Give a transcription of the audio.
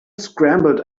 scrambled